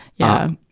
yeah.